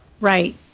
right